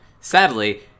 sadly